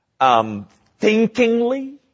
thinkingly